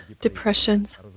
depressions